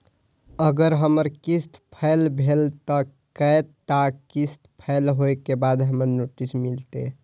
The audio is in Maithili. अगर हमर किस्त फैल भेलय त कै टा किस्त फैल होय के बाद हमरा नोटिस मिलते?